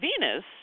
Venus